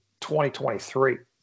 2023